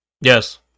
Yes